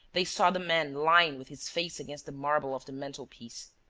they saw the man lying with his face against the marble of the mantel-piece.